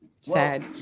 Sad